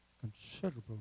Considerable